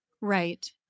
Right